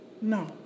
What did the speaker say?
no